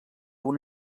una